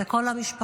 אלה כל המשפחות,